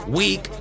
week